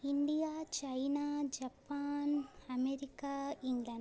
India China Japan America England